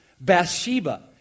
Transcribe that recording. Bathsheba